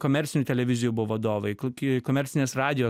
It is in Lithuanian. komercinių televizijų buvo vadovai kokį komercinės radijo